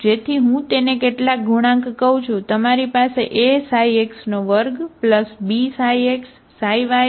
જેથી હું તેને કેટલાક ગુણાંક કહું છું તમારી પાસે Ax2 Bξx ξyCξy2 છે બરાબર